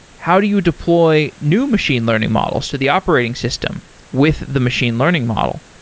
how do you deploy new machine learning models to the operating system with the machine learning model?